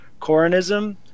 coronism